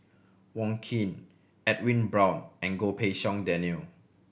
Wong Keen Edwin Brown and Goh Pei Siong Daniel